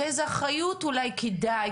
ואיזו אחריות אולי כדאי,